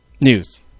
News